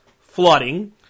flooding